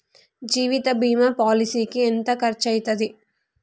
జీవిత బీమా పాలసీకి ఎంత ఖర్చయితది?